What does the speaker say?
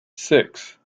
six